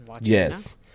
yes